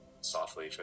softly